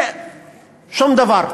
ושום דבר.